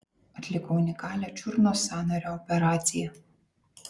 atliko unikalią čiurnos sąnario operaciją